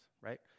right